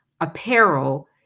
apparel